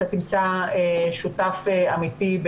שאתה תמצא שותף אמיתי,